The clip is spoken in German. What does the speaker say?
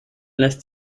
lässt